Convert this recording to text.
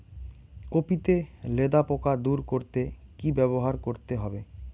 Copy তে লেদা পোকা দূর করতে কি ব্যবহার করতে হবে?